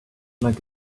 like